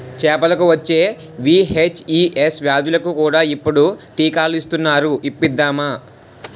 చేపలకు వచ్చే వీ.హెచ్.ఈ.ఎస్ వ్యాధులకు కూడా ఇప్పుడు టీకాలు ఇస్తునారు ఇప్పిద్దామా